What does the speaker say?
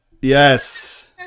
Yes